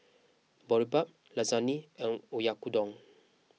Boribap Lasagne and Oyakodon